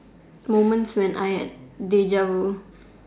moments when I had